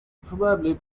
probably